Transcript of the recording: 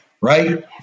Right